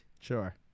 Sure